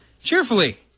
Cheerfully